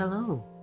Hello